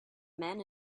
men